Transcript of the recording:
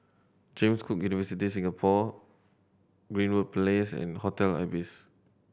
James Cook University Singapore Greenwood Place and Hotel Ibis